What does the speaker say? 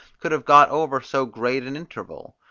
could have got over so great an interval.